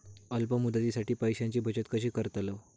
अल्प मुदतीसाठी पैशांची बचत कशी करतलव?